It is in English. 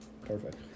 Perfect